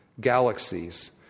galaxies